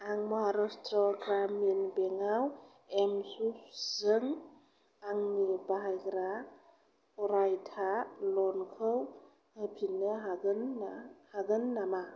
आं महाराष्ट्र ग्रामिन बेंकआव एमस्वुइफजों आंनि बाहायग्रा अरायथा लनखौ होफिन्नो हागोन ना हागोन नामा